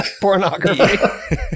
pornography